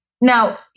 Now